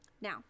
Now